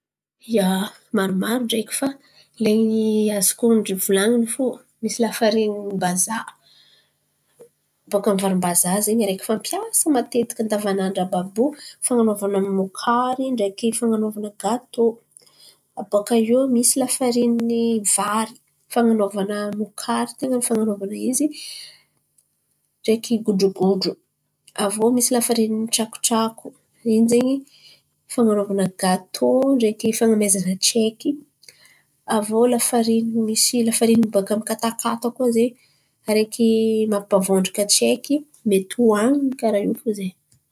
Ia, maromaro ndraiky fa lay azoko onon̈o volan̈iny fo misy lafarin’ny mbazaha baka amin’ny varim-bazaha, zen̈y araiky fampiasa matetiky andavanandra àby àby io. Fan̈anovana mokary ndraiky fan̈anovana gatô. Lafarin’ny vary fan̈anovana mokary tain̈a ny fan̈anovan̈a izy ndraiky godrogodro. Aviô misy lafarin’ny tsakotsako in̈y ze fan̈anovana gatô ndraiky fan̈amezan̈a tsaiky. Aviô lafarin’ny katakata araiky mampavondraka tsaiky mety hoanin̈y karà io fo ze.